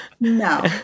No